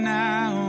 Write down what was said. now